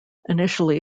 initially